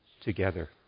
together